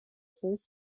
first